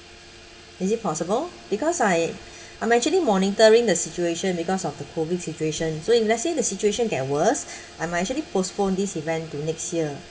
is it possible because I I'm actually monitoring the situation because of the COVID situation so if let's say the situation get worse I might actually postpone this event to next year